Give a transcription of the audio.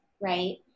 right